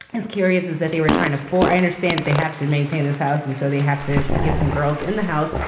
is curious is that they were trying to for i understand that they have to to maintain this house and so they have to get some girls in the house.